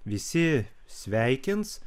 visi sveikins